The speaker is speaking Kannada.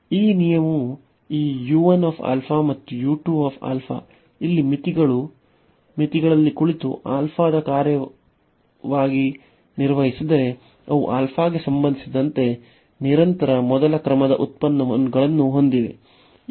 ಈ ನಿಯಮವು ಈ ಮತ್ತು ಇಲ್ಲಿ ಮಿತಿಗಳಲ್ಲಿ ಕುಳಿತು ದ ಕಾರ್ಯನಿರ್ವಹಿಸಿದರೆ ಅವು ಗೆ ಸಂಬಂಧಿಸಿದಂತೆ ನಿರಂತರ ಮೊದಲ ಕ್ರಮದ ಉತ್ಪನ್ನಗಳನ್ನು ಹೊಂದಿವೆ